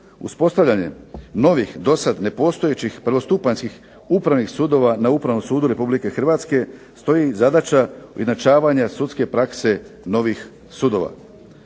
ustavljanjem novih dosad nepostojećih prvostupanjskih upravnih sudova na Upravnom sudu Republike Hrvatske, stoji zadaća ujednačavanja sudske prakse novih sudova.